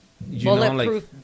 bulletproof